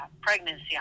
pregnancy